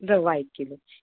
रवा एक किलोची